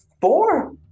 Four